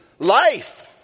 Life